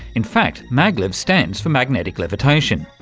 in fact, maglev stands for magnetic levitation.